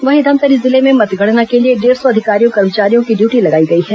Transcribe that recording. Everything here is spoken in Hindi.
वहीं धमतरी जिले में मतगणना के लिए डेढ़ सौ अधिकारियों कर्मचारियों की ड्यूटी लगाई गई है